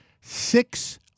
Six